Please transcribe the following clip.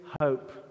hope